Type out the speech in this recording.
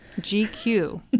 GQ